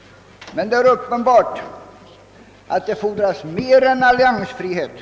Men det är uppenbart att det fordras mer än alliansfrihet.